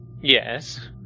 Yes